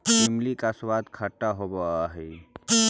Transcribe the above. इमली का स्वाद खट्टा होवअ हई